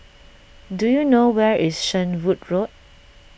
do you know where is Shenvood Road